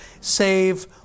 save